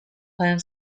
planned